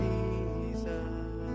Jesus